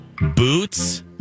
Boots